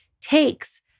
takes